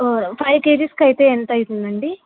ఒక ఫైవ్ కేజీస్కు అయితే ఎంత అవుతుందండి